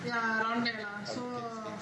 ya around there lah so